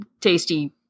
tasty